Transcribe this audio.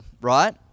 Right